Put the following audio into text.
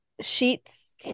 sheets